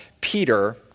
Peter